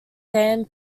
san